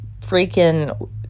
freaking